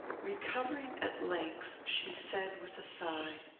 recovering, at length, she said, with a sigh,